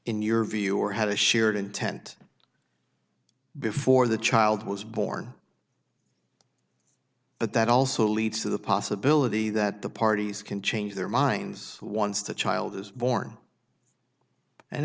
in your view or had a shared intent before the child was born but that also leads to the possibility that the parties can change their minds once the child is born and